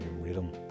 rhythm